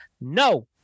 no